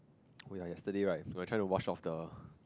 oh ya yesterday right when I try to wash of the